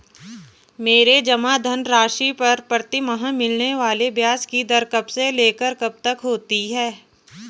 मेरे जमा धन राशि पर प्रतिमाह मिलने वाले ब्याज की दर कब से लेकर कब तक होती है?